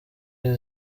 iri